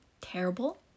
terrible